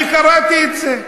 אני קראתי את זה.